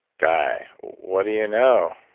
guy. what do you know?